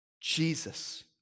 Jesus